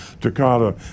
Takata